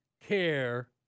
care